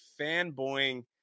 fanboying